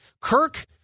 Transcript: Kirk